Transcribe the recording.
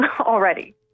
already